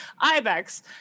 Ibex